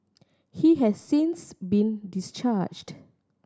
he has since been discharged